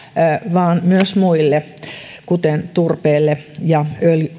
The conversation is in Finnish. vaan myös muille kuten turpeelle ja